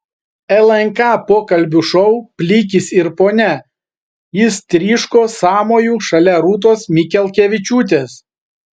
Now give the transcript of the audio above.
lnk pokalbių šou plikis ir ponia jis tryško sąmoju šalia rūtos mikelkevičiūtės